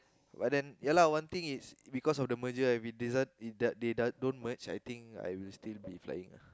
but then ya lah one thing is because of the merger I if they don't merge I think I would still be flying lah